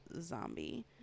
zombie